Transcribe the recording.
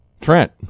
Trent